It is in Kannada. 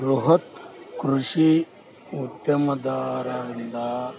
ಬೃಹತ್ ಕೃಷಿ ಉದ್ಯಮದಾರರಿಂದ